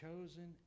chosen